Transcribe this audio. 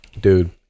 dude